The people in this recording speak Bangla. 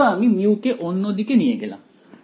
ধরো আমি μ কে অন্য দিকে নিয়ে গেলাম